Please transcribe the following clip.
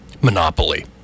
Monopoly